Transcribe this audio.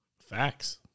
facts